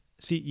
CE